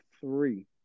three